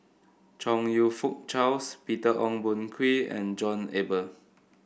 Chong You Fook Charles Peter Ong Boon Kwee and John Eber